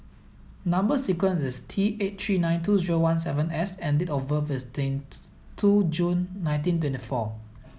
number sequence is T eight three nine two zero one seven S and date of birth is twenty two June nineteen twenty four